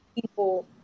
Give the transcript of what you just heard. people